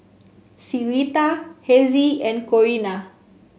Syreeta Hezzie and Corrina